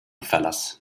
verlass